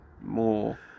more